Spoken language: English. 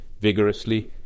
vigorously